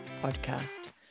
podcast